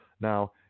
Now